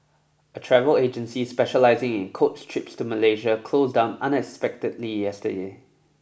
a travel agency specialising in coach trips to Malaysia closed down unexpectedly yesterday